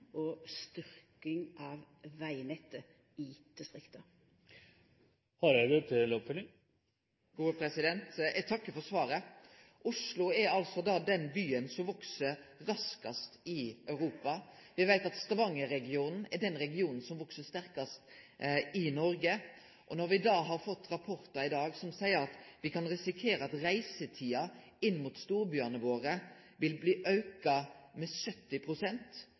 og om ei styrking av vegnettet i distrikta. Eg takkar for svaret. Oslo er den byen som veks raskast i Europa. Me veit at Stavanger-regionen er den regionen som veks sterkast i Noreg. Når me da har fått rapportar i dag som seier at me kan risikere at reisetida inn mot storbyane våre vil bli auka med